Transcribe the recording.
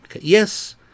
Yes